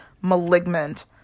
Malignant